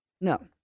No